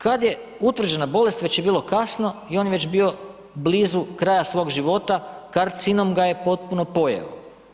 Kad je utvrđena bolest već je bilo kasno i on je već bio blizu kraja svog života, karcinom ga je potpuno pojeo.